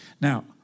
Now